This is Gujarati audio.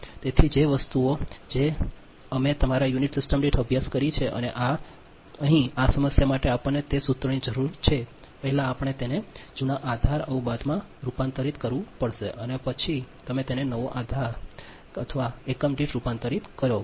તેથી તે વસ્તુઓ જે અમે તમારા યુનિટ સિસ્ટમ દીઠ અભ્યાસ કરી છે અને અહીં આ સમસ્યા માટે આપણને તે સૂત્રોની જરૂર છે પહેલા આપણે તેને તે જૂના આધાર અવબાધમાં રૂપાંતરિત કરવું પડશે અને પછી તમે તેને નવો આધાર તમે તેને એકમ દીઠ રૂપાંતરિત કરો